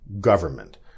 government